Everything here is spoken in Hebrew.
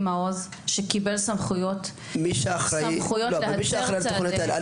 מעוז שקיבל סמכויות להצר את צעדי --- לא,